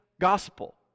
gospel